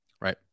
Right